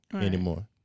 anymore